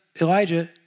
Elijah